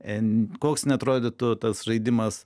koks neatrodytų tas žaidimas